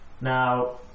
Now